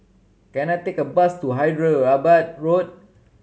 can I take a bus to Hyderabad Road